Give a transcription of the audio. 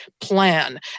plan